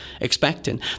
expecting